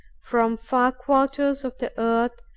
from far quarters of the earth,